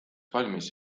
valmis